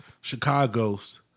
Chicago's